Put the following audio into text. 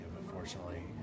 Unfortunately